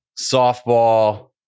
softball